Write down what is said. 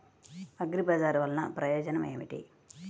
అగ్రిబజార్ వల్లన ప్రయోజనం ఏమిటీ?